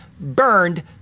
burned